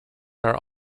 are